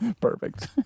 Perfect